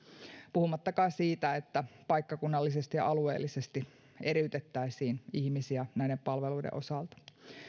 puhumattakaan siitä että paikkakunnallisesti ja alueellisesti eriytettäisiin ihmisiä näiden palveluiden osalta